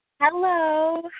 Hello